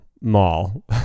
mall